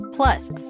Plus